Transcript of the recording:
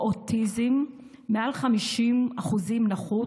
או אוטיזם, עם מעל 50% נכות,